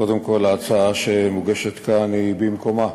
קודם כול, ההצעה שמוגשת כאן היא במקומה,